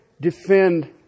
defend